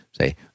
say